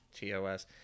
TOS